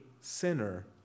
sinner